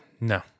No